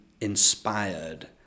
inspired